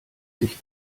sich